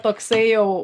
toksai jau